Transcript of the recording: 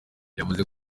yavuze